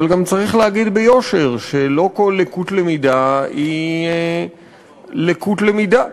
אבל גם צריך להגיד ביושר שלא כל לקות למידה היא לקות למידה.